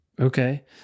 Okay